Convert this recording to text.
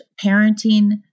parenting